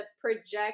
project